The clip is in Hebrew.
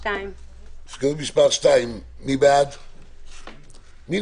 מי בעד ההסתייגות?